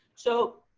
so